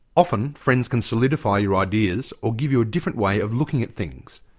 often friends can solidify your ideas or give you a different way of looking at things.